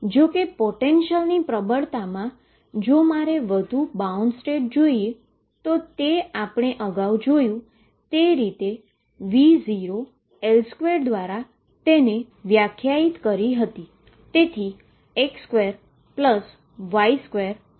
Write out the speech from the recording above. જો કે પોટેંશિયલની પ્રબળતામાં જો મારે વધુ બાઉન્ડ સ્ટેટ જોઈએ તો જે અગાઉ આપણે V0L2 તરીકે વ્યાખ્યાયિત કરી હતી